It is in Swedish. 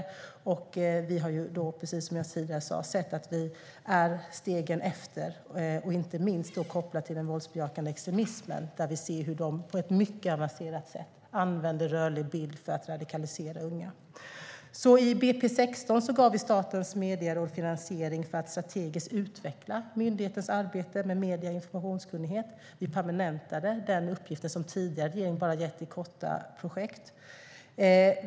Som jag tidigare sa har vi sett att vi är steget efter, inte minst kopplat till den våldsbejakande extremismen där vi ser hur man på ett mycket avancerat sätt använder rörlig bild för att radikalisera unga. I budgetpropositionen för 2016 gav vi Statens medieråd finansiering för att strategiskt utveckla myndighetens arbete med medie och informationskunnighet. Vi permanentade den uppgift som tidigare regering bara gett i korta projekt.